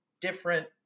different